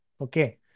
Okay